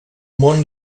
món